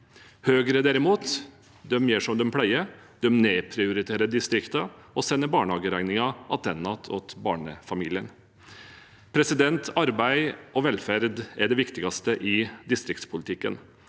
Høyre, derimot, gjør som de pleier: De nedprioriterer distriktene og sender barnehageregningen tilbake til barnefamiliene. Arbeid og velferd er det viktigste i distriktspolitikken.